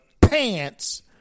pants